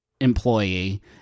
employee